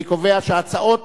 אני קובע שההצעות,